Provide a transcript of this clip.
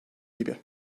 gibi